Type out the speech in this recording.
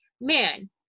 man